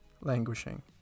languishing